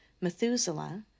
Methuselah